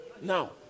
now